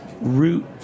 root